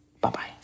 Bye-bye